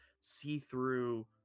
see-through